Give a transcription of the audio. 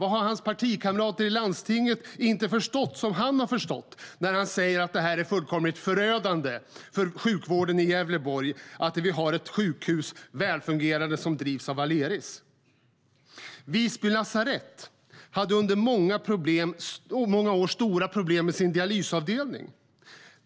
Varför har hans partikamrater i landstinget inte förstått, som han har förstått när han säger att det är fullkomligt förödande för sjukvården i Gävleborg, att vi har ett välfungerande sjukhus som drivs av Aleris? Visby lasarett hade under många år stora problem med sin dialysavdelning.